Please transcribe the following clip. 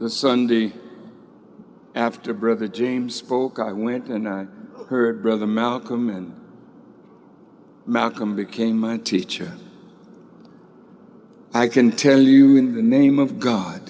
this sunday after brother james spoke i went and her brother malcolm and malcolm became my teacher i can tell you in the name of god